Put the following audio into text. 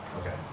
okay